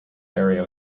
area